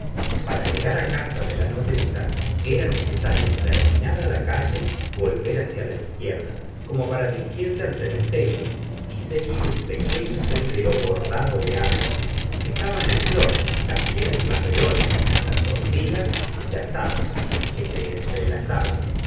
para llegar casa de la nodriza era necesario terminada la calle volver hacia la izquierda como para dirigirse al cementerio y seguir un pequeflo sendero bordado de árboles estaban en flor y también las verónicas las ortigas y las zarzas que se entrelazaban